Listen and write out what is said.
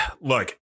Look